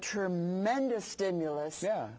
tremendous stimulus yeah